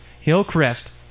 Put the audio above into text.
Hillcrest